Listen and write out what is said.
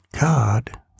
God